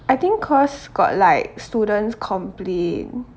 I think cause got like students complain